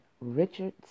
Richard